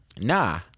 nah